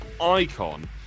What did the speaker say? icon